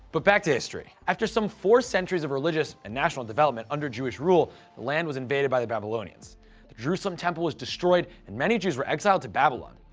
but back to history. after some four centuries of religious and national development under jewish rule, the land was invaded by the babylonians. the jerusalem temple was destroyed and many jews were exiled to babylon.